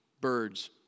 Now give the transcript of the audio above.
birds